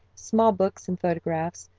small books and photographs,